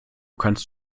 kannst